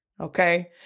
okay